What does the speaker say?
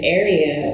area